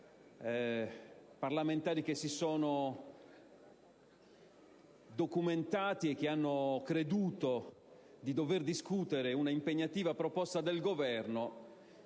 parlamentari che si sono documentati e che hanno creduto di dover discutere un'impegnativa proposta del Governo,